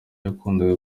yakundaga